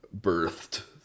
birthed